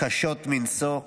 קשות מנשוא בגוף,